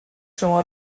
شما